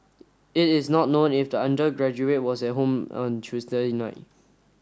it is not known if the undergraduate was at home on Tuesday night